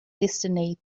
destiny